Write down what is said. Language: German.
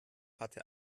hatte